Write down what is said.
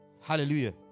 Hallelujah